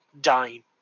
dying